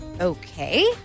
okay